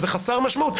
זה חסר משמעות.